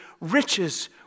riches